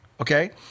Okay